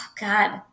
God